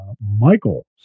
Michael